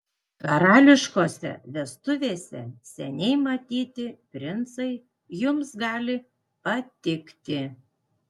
karališkose vestuvėse seniai matyti princai jums gali patikti